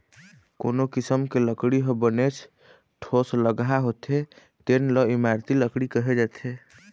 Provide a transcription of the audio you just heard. कोनो किसम के लकड़ी ह बनेच ठोसलगहा होथे तेन ल इमारती लकड़ी कहे जाथे